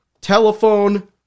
Telephone